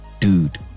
dude